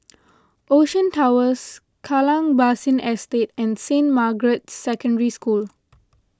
Ocean Towers Kallang Basin Estate and Saint Margaret's Secondary School